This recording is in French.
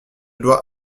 dois